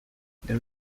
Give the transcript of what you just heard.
there